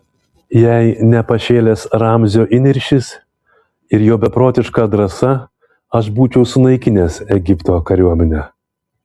jei ne pašėlęs ramzio įniršis ir jo beprotiška drąsa aš būčiau sunaikinęs egipto kariuomenę